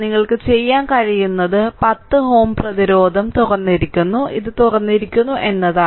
നിങ്ങൾക്ക് ചെയ്യാൻ കഴിയുന്നത് 10 Ω പ്രതിരോധം തുറന്നിരിക്കുന്നു ഇത് തുറന്നിരിക്കുന്നു എന്നതാണ്